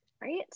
right